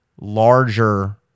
larger